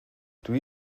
dwi